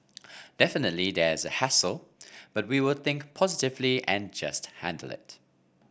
definitely there's a hassle but we will think positively and just handle it